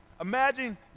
Imagine